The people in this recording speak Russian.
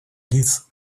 лиц